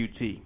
UT